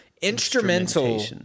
instrumental